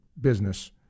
business